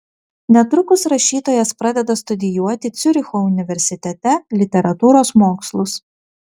netrukus rašytojas pradeda studijuoti ciuricho universitete literatūros mokslus